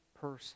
person